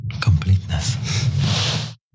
completeness